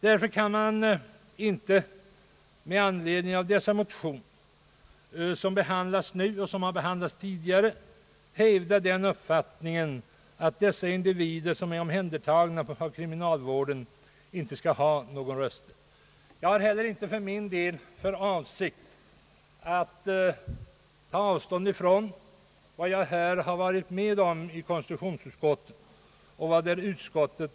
Därför kan man inte med anledning av de motioner som behandlas nu och som har behandlats tidigare hävda den uppfattningen, att de individer som är omhändertagna av Jag har inte för min del för avsikt att ta avstånd från vad jag har varit med om att biträda i konstitutionsutskottet.